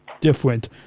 different